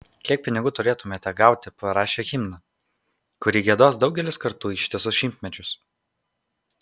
kiek pinigų turėtumėte gauti parašę himną kurį giedos daugelis kartų ištisus šimtmečius